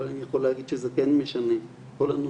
אבל אני יכול להגיד שזה כן משנה.